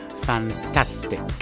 fantastic